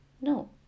No